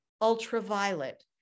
ultraviolet